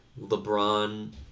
LeBron